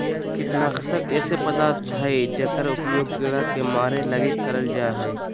कीटनाशक ऐसे पदार्थ हइंय जेकर उपयोग कीड़ा के मरैय लगी करल जा हइ